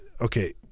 okay